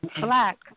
black